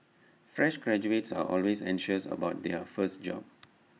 fresh graduates are always anxious about their first job